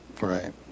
Right